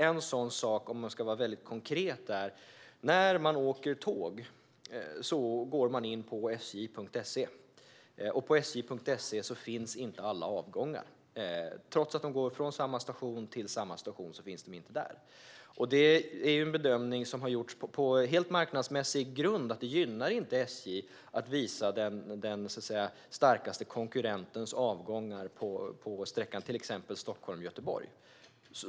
En sådan konkret sak är att när man åker tåg går man in på sj.se. På sj.se finns inte alla avgångar; trots att de går från samma station till samma station finns de inte där. På helt marknadsmässig grund har det gjorts en bedömning att det inte gynnar SJ att visa den starkaste konkurrentens avgångar på till exempel sträckan Stockholm-Göteborg.